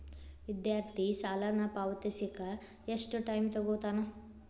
ವಿದ್ಯಾರ್ಥಿ ಸಾಲನ ಪಾವತಿಸಕ ಎಷ್ಟು ಟೈಮ್ ತೊಗೋತನ